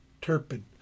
Turpin